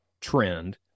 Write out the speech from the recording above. trend